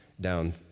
down